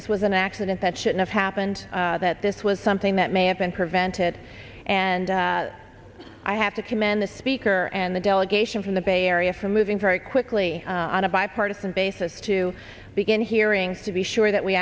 this was an accident that should have happened that this was something that may have been prevented and i have to commend the speaker and the delegation from the bay area for moving very quickly on a bipartisan basis to begin hearings to be sure that we